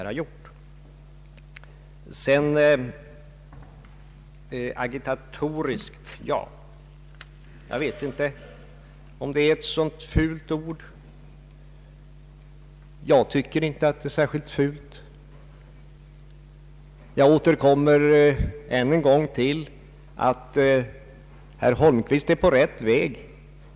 Det har påståtts att vi fört agitatoriska resonemang. Ja, är agitatoriskt ett fult ord? Jag tycker inte att det är särskilt fult. Jag återkommer än en gång till att herr Holmqvist är på rätt väg.